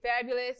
fabulous